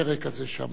בביקורת המדינה.